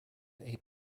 eight